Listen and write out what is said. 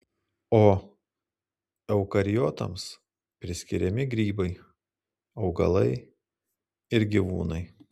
o eukariotams priskiriami grybai augalai ir gyvūnai